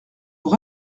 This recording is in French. vous